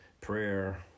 prayer